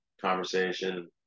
conversation